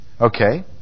Okay